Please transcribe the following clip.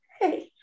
hey